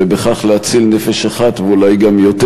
ובכך להציל נפש אחת ואולי גם יותר.